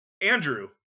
Andrew